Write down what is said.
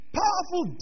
powerful